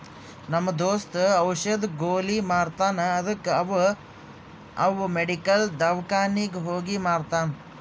ನಮ್ ದೋಸ್ತ ಔಷದ್, ಗೊಲಿ ಮಾರ್ತಾನ್ ಅದ್ದುಕ ಅವಾ ಅವ್ ಮೆಡಿಕಲ್, ದವ್ಕಾನಿಗ್ ಹೋಗಿ ಮಾರ್ತಾನ್